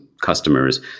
customers